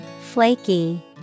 Flaky